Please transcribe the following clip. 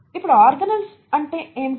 ఇప్పుడు ఆర్గనేల్స్ అంటే ఏమిటి